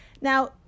Now